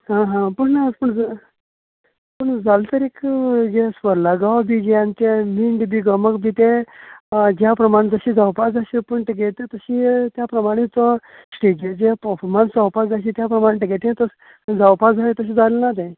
हां हां पूण पूण पूण जल तरीक जें स्वर लागप बी जें लिंग बी यमक बी जे होय ज्या प्रमाणें जशी जावपा जाय आशिल्लें पूण तेगेलें तें जशें त्या प्रमाणे तो स्टेजीर जें पफोर्मन्स जावपाक जाय आशिल्लें त्या प्रमाणे तेगेलें तें जावपाक जाय तशें जालें ना तें